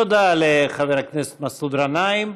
תודה לחבר הכנסת מסעוד גנאים.